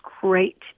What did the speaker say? great